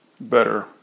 better